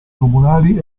comunali